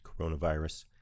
coronavirus